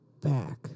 back